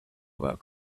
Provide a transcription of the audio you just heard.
about